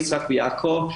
יצחק ויעקב.